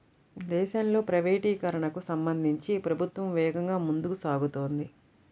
దేశంలో ప్రైవేటీకరణకు సంబంధించి ప్రభుత్వం వేగంగా ముందుకు సాగుతోంది